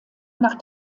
nach